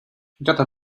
gotta